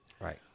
Right